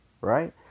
Right